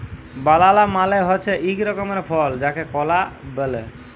বালালা মালে হছে ইক ধরলের ফল যাকে কলা ব্যলে